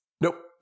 Nope